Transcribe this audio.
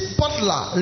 butler